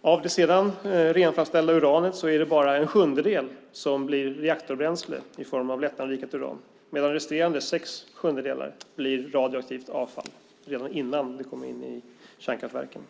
Av det sedan renframställda uranet är det bara en sjundedel som blir reaktorbränsle i form av lättanrikat uran. Resterande sex sjundedelar blir radioaktivt avfall redan innan det kommer in i kärnkraftverken.